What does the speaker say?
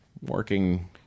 working